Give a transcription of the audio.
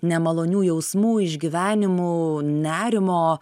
nemalonių jausmų išgyvenimų nerimo